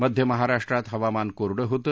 मध्यमहाराष्ट्रात हवामान कोरडे होते